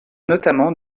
notamment